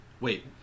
Wait